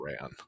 ran